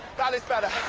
is better.